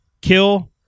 Kill